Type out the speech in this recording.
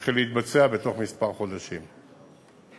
יתחיל להתבצע בתוך חודשים מספר.